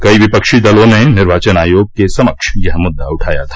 कई विपक्षी दलों ने निर्वाचन आयोग के समक्ष यह मुद्दा उठाया था